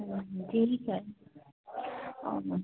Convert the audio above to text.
चलो ठीक है और